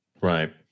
Right